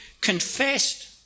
confessed